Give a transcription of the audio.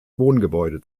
wohngebäude